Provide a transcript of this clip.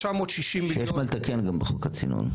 שיש מה לתקן גם בחוק הצינון.